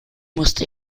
musste